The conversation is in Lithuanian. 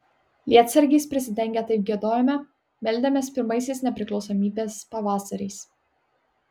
lietsargiais prisidengę taip giedojome meldėmės pirmaisiais nepriklausomybės pavasariais